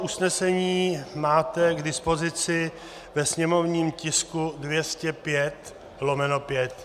Usnesení máte k dispozici ve sněmovním tisku 205/5.